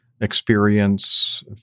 experience